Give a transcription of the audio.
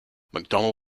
mcdonnell